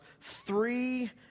three